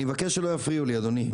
אני מבקש שלא יפריעו לי, אדוני.